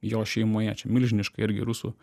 jo šeimoje čia milžiniška irgi rusų